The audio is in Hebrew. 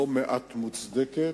שלא מעט ממנה מוצדקת,